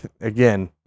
again